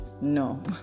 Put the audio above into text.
No